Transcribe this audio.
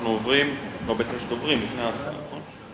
יש דוברים לפני ההצבעה, נכון?